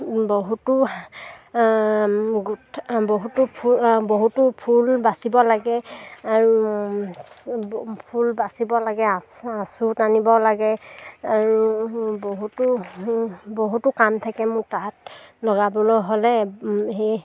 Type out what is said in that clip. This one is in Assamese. বহুতো গো বহুতো বহুতো ফুল বাচিব লাগে আৰু ফুল বাচিব লাগে আচ আচো টানিব লাগে আৰু বহুতো বহুতো কাম থাকে মোৰ তাঁত লগাবলৈ হ'লে সেই